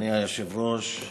אדוני היושב-ראש,